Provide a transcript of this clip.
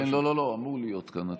לא, לא, לא, זה אמור להיות כאן.